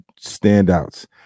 standouts